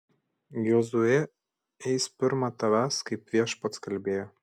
jozuė eis pirma tavęs kaip viešpats kalbėjo